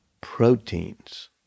proteins